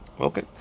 Okay